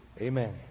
Amen